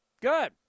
Good